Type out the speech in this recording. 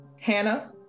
Hannah